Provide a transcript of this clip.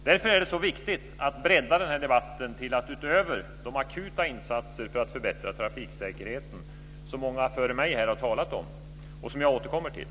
Därför är det så viktigt att bredda den här debatten till åtgärder utöver de akuta insatser för att förbättra trafiksäkerheten som många före mig här har talat om och som jag ska återkomma till.